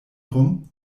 rum